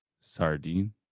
Sardine